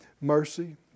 Mercy